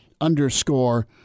underscore